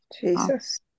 Jesus